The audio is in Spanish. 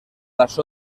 las